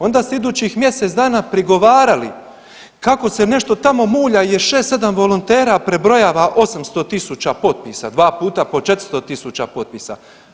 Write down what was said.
Onda ste idućih mjesec dana prigovarali kako se nešto tamo mulja jer 6-7 volontera prebrojava 800.000 potpisa, dva puta po 400.000 potpisa.